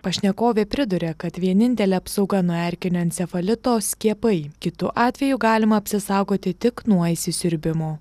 pašnekovė priduria kad vienintelė apsauga nuo erkinio encefalito skiepai kitu atveju galima apsisaugoti tik nuo įsisiurbimo